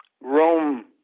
Rome